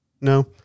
No